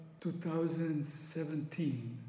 2017